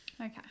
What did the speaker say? Okay